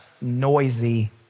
noisy